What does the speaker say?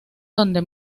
donde